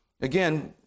Again